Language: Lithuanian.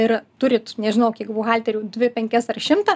ir turit nežinau kiek buhalterių dvi penkias ar šimtą